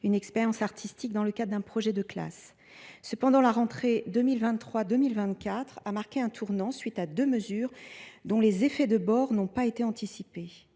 une expérience artistique dans le cadre d’un projet de classe. Cependant, la rentrée 2023 2024 a marqué un tournant, à la suite de deux mesures dont les effets de bord n’ont pas été anticipés.